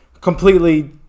completely